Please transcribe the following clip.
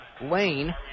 lane